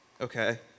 okay